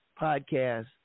podcast